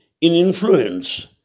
influence